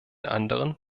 anderen